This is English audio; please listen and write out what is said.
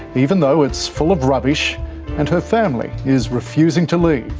even though it's full of rubbish and her family is refusing to leave.